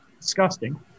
disgusting